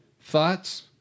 thoughts